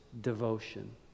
devotion